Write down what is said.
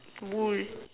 bull